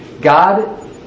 God